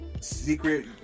secret